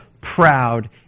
proud